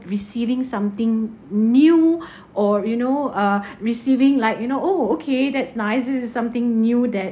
receiving something new or you know uh receiving like you know oh okay that's nice this is something new that